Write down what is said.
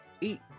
eat